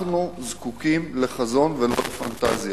אנחנו זקוקים לחזון, ולא לפנטזיה,